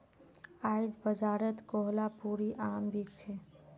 आईज बाजारत कोहलापुरी आम बिक छ